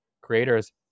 creators